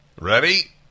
Ready